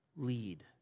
Lead